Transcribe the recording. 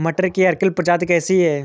मटर की अर्किल प्रजाति कैसी है?